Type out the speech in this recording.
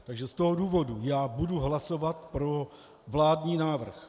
Takže z toho důvodu budu hlasovat pro vládní návrh.